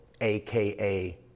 aka